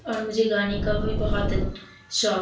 اور مجھے گانے کا بھی بہت شوق